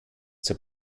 zur